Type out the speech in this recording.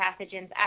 pathogens